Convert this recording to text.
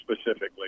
specifically